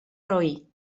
roí